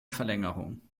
verlängerung